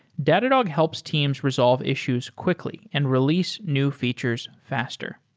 datadog helps teams resolve issues quickly and release new features faster.